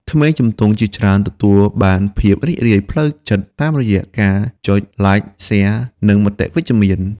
ក្មេងជំទង់ជាច្រើនទទួលបានភាពរីករាយផ្លូវចិត្តតាមរយៈ ការចុច ឡាច ស៊ែរ និងមតិវិជ្ជមាន។